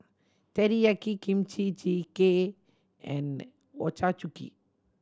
Teriyaki Kimchi Jjigae and Ochazuke